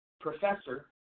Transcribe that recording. professor